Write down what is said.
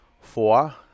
Four